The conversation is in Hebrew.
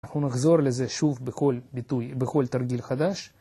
אנחנו נחזור לזה שוב בכל ביטוי, בכל תרגיל חדש.